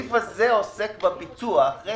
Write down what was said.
הסעיף זה עוסק בביצוע, אחרי